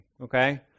okay